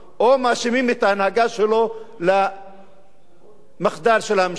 או מאשימים את ההנהגה שלו במחדל של הממשלה.